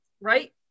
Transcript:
right